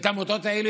והעמותות האלה,